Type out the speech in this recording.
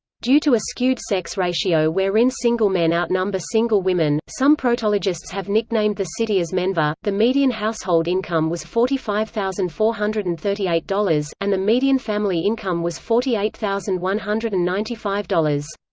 due to a skewed sex ratio wherein single men outnumber single women, some protologists have nicknamed the city as menver the median household income was forty five thousand four hundred and thirty eight dollars, and the median family income was forty eight thousand one hundred and ninety five dollars.